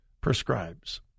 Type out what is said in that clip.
prescribes